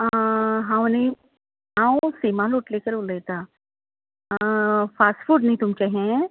हांव न्हय हांव सिमा लोटलीकर उलयतां फास्ट फूड न्हय तुमचें हें